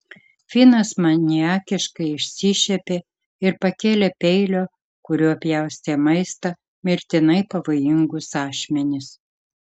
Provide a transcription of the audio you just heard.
finas maniakiškai išsišiepė ir pakėlė peilio kuriuo pjaustė maistą mirtinai pavojingus ašmenis